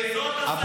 זאת הסתה.